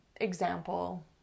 example